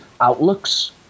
outlooks